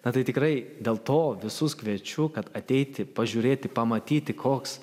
na tai tikrai dėl to visus kviečiu kad ateiti pažiūrėti pamatyti koks